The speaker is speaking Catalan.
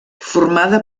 formada